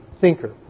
thinker